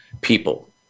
people